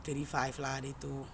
twenty five lah dia tu